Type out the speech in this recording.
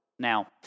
Now